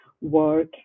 work